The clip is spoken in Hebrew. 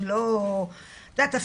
את יודעת,